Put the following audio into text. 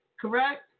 correct